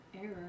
Error